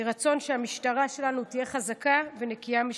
היא רצון שהמשטרה שלנו תהיה חזקה ונקייה משחיתות.